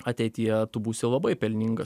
ateityje tu būsi labai pelningas